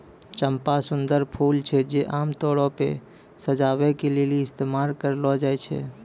चंपा सुंदर फूल छै जे आमतौरो पे सजाबै के लेली इस्तेमाल करलो जाय छै